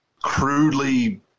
crudely